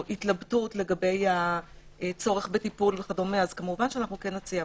התלבטות לגבי הצורך בטיפול כמובן שכן נציע,